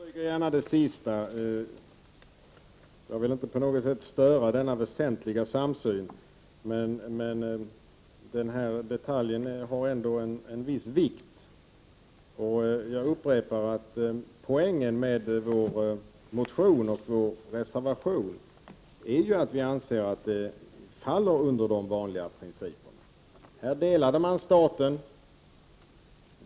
Herr talman! Jag vill instämma i det sista som Pär Granstedt nämnde -— jag vill inte på något sätt störa denna väsentliga samsyn. Men denna detalj har ändå en viss vikt, och jag upprepar att poängen med vår motion och vår reservation är att vi anser att detta faller under de vanliga principerna. Staten Israel delades.